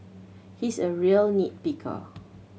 he is a real nit picker